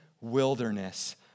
wilderness